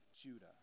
Judah